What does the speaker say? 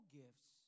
gifts